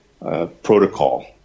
protocol